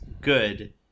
good